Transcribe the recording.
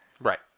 Right